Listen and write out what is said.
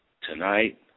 Tonight